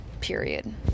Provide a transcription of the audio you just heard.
period